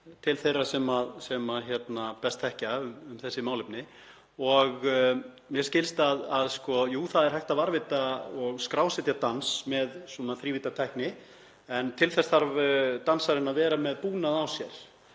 til þeirra sem best þekkja þessi málefni. Mér skilst að jú, það sé hægt að varðveita og skrásetja dans með þrívíddartækni en til þess þarf dansarinn að vera með búnað á sér.